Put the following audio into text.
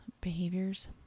behaviors